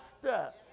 step